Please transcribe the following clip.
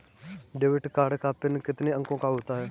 Debit card का PIN कितने अंकों का होता है?